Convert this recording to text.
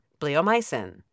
bleomycin